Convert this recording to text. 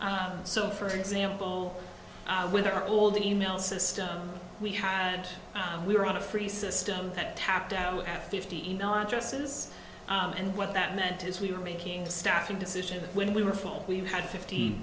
so for example with our old e mail system we had we were on a free system that tapped out at fifty email addresses and what that meant is we were making staffing decisions when we were full we had fifty